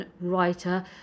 writer